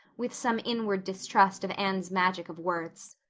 with some inward distrust of anne's magic of words.